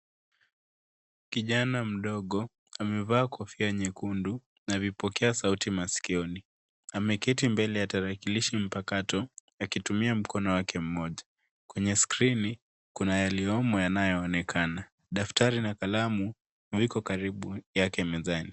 Kijana mdogo, amevaa kofia nyekundu na vipokea sauti maskioni. Ameketi mbele ya tarakilishi mpakato akitumia mkono wake mmoja. Kwenye skrini kuna yaliyomo yanayoonekana. Daftari na kalamu, viko karibu yake mezani.